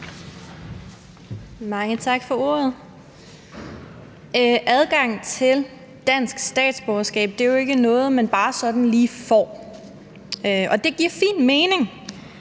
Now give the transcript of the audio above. Mange tak for ordet. Adgang til dansk statsborgerskab er jo ikke noget, man bare sådan lige får, og det giver fin mening,